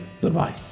Goodbye